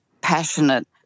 passionate